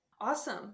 Awesome